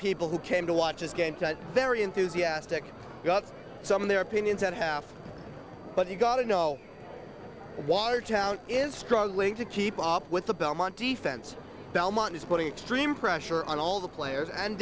people who came to watch this game very enthusiastic got some of their opinions out half but you've got to know watertown is struggling to keep up with the belmont defense belmont is putting extreme pressure on all the players and